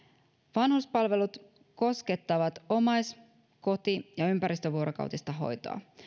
vanhuspalvelut koskettavat omais koti ja ympärivuorokautista hoitoa